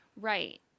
Right